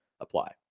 apply